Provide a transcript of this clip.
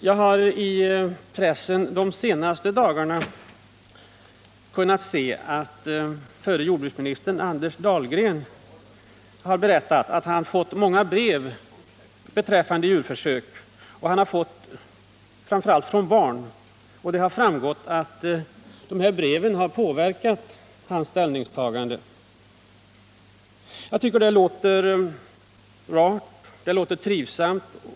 Jag har de senaste dagarna i pressen kunnat se att förre jordbruksministern Anders Dahlgren berättat att han fått många brev om djurförsök, framför allt från barn, och det har framgått att breven har påverkat hans ställningstagande. Jag tycker det låter rart och trivsamt.